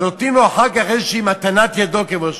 אבל נותנים לו אחר כך איזושהי מתנת ידו כמו שאומרים.